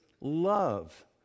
love